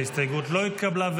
ההסתייגות לא התקבלה,